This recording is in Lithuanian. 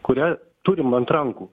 kurią turim ant rankų